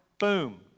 Boom